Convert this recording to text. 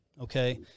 okay